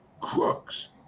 crooks